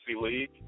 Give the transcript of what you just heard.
league